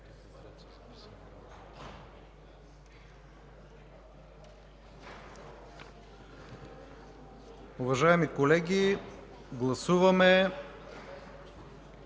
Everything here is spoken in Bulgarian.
Уважаеми колеги, гласуваме